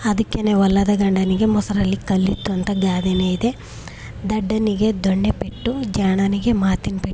ಅದಕ್ಕೆ ಒಲ್ಲದ ಗಂಡನಿಗೆ ಮೊಸರಲ್ಲಿ ಕಲ್ಲಿತ್ತು ಅಂತ ಗಾದೆನೇ ಇದೆ ದಡ್ಡನಿಗೆ ದೊಣ್ಣೆ ಪೆಟ್ಟು ಜಾಣನಿಗೆ ಮಾತಿನ ಪೆಟ್ಟು